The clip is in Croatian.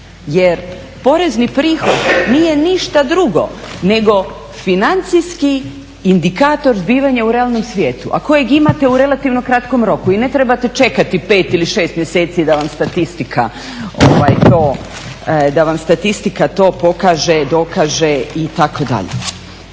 Jer porezni prihod nije ništa drugo nego financijski indikator zbivanja u realnom svijetu, a kojeg imate u relativno kratkom roku i ne trebate čekati pet ili šest mjeseci da vam statistika to pokaže, dokaže, itd.